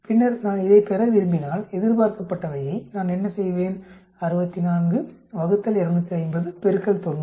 பின்னர் நான் இதைப் பெற விரும்பினால் எதிர்பார்க்கப்பட்டவையை நான் என்ன செய்வேன் 64 ÷ 250 90